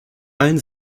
allen